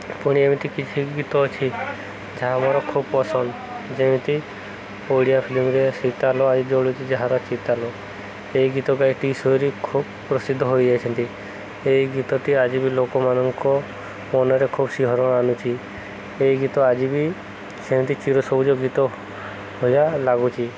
ପୁଣି ଏମିତି କିଛି ଗୀତ ଅଛି ଯାହା ମୋର ଖୁବ ପସନ୍ଦ ଯେମିତି ଓଡ଼ିଆ ଫିଲ୍ମରେ ଶୀତା ଲୋ ଆଜି ଜଳୁଚି ଯାହାର ଚିତା ଲୋ ଏଇ ଗୀତ ଗାଇ ଟି ଶୌରି ଖୁବ ପ୍ରସିଦ୍ଧ ହୋଇଯାଇଛନ୍ତି ଏହି ଗୀତଟି ଆଜି ବି ଲୋକମାନଙ୍କ ମନରେ ଖୁବ ଶିହରଣ ଆଣୁଛି ଏଇ ଗୀତ ଆଜି ବି ସେମିତି ଚିରସବୁଜ ଗୀତ ଭଳିଆ ଲାଗୁଛି